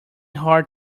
hard